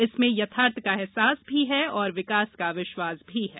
इसमें यथार्थ का एहसास भी और विकास का विश्वास भी है